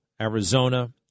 Arizona